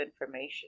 information